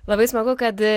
labai smagu kad